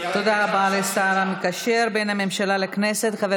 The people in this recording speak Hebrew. וזו הגדולה של הצעת החוק